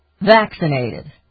vaccinated